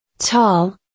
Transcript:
tall